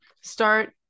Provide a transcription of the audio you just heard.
start